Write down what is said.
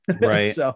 right